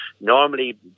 Normally